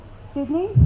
Sydney